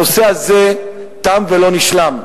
הנושא הזה תם ולא נשלם.